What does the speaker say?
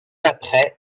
après